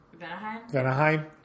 Vanaheim